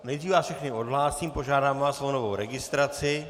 Nejdřív vás všechny odhlásím, požádám vás o novou registraci.